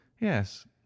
yes